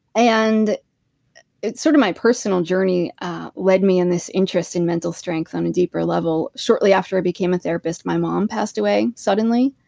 and it's sort of my personal journey that led me on this interesting mental strength on a deeper level shortly after i became a therapist, my mom passed away suddenly.